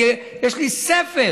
יש לי ספר